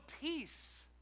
peace